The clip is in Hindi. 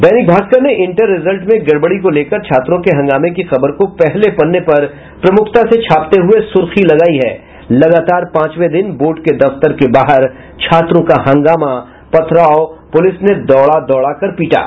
दैनिक भास्कर ने इंटर रिजल्ट में गड़बड़ी को लेकर छात्रों के हंगामे की खबर को पहले पन्ने पर प्रमुखता से छापते हुए सुर्खी लगायी है लगातार पांचवें दिन बोर्ड के दफ्तर के बाहर छात्रों का हंगामा पथराव पुलिस ने दौड़ा दौड़ा कर पीटा